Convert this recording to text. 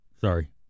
Sorry